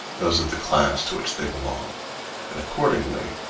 those of the class to which they belong and accordingly,